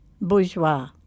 Bourgeois